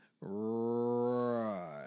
Right